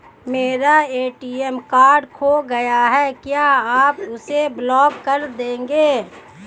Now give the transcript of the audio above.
मेरा ATM card खो गया है क्या आप उसे ब्लॉक कर देंगे?